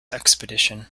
expedition